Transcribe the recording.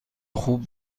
خوب